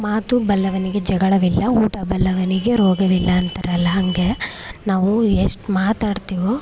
ಮಾತು ಬಲ್ಲವನಿಗೆ ಜಗಳವಿಲ್ಲ ಊಟ ಬಲ್ಲವನಿಗೆ ರೋಗವಿಲ್ಲ ಅಂತಾರಲ್ಲ ಹಾಗೆ ನಾವು ಎಷ್ಟು ಮಾತಾಡ್ತಿವೋ